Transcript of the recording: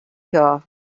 here